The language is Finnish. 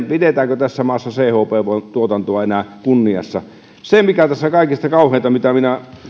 pidetäänkö tässä maassa chp tuotantoa enää kunniassa se mikä tässä on kaikista kauheinta mitä minä